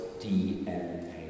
DNA